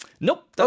Nope